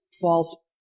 false